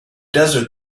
desert